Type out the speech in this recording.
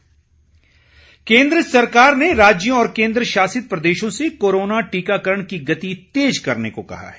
टीकाकरण केन्द्र सरकार ने राज्यों और केन्द्र शासित प्रदेशों से कोरोना टीकाकरण की गति तेज करने को कहा है